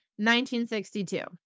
1962